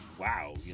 wow